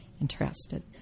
interested